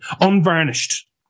unvarnished